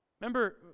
Remember